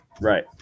Right